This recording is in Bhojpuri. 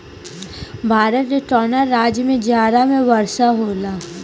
भारत के कवना राज्य में जाड़ा में वर्षा होला?